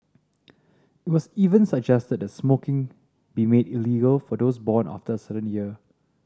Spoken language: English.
it was even suggested that smoking be made illegal for those born after a certain year